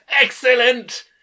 Excellent